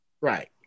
Right